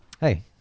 hey